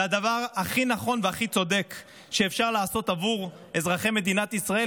זה הדבר הכי נכון והכי צודק שאפשר לעשות עבור אזרחי מדינת ישראל.